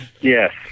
yes